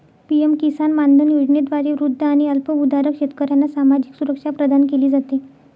PM Kisan Maandhan योजनेद्वारे वृद्ध आणि अल्पभूधारक शेतकऱ्यांना सामाजिक सुरक्षा प्रदान केली जाते